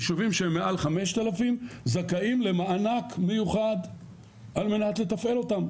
יישובים שמעל 5,000 זכאים למענק מיוחד על מנת לתפעל אותם.